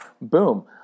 Boom